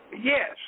Yes